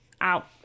out